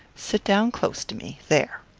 sit down close to me there.